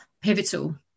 pivotal